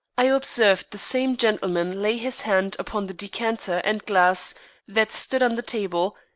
i observed the same gentleman lay his hand upon the decanter and glass that stood on the table,